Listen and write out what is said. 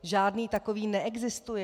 Žádný takový neexistuje.